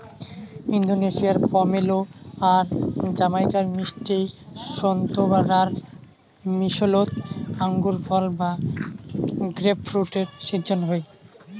ইন্দোনেশিয়ার পমেলো আর জামাইকার মিষ্টি সোন্তোরার মিশোলোত আঙুরফল বা গ্রেপফ্রুটের শিজ্জন হই